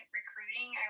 recruiting